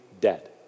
dead